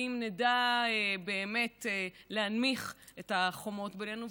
כי אם נדע באמת להנמיך את החומות בינינו,